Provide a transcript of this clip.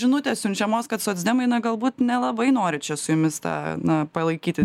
žinutės siunčiamos kad socdemai na galbūt nelabai nori čia su jumis tą na palaikyti